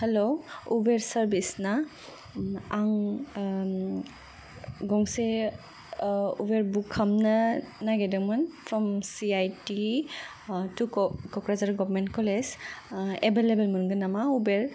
hello Uber service ना आं गंसे उबेर बुक खालामनो नागिरदोंमोन from C I T to Kokrajhar government college available मोनगोन नामा उबेर